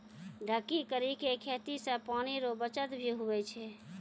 ढकी करी के खेती से पानी रो बचत भी हुवै छै